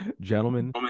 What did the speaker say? gentlemen